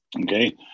Okay